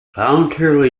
voluntarily